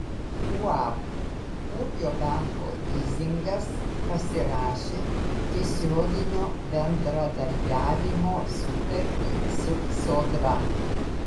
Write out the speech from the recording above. uab ūkio banko lizingas pasirašė tiesioginio bendradarbiavimo sutartį su sodra